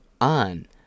on